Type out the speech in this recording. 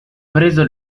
preso